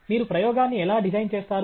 మీరు ప్రయోగాన్ని ఎలా డిజైన్ చేస్తారు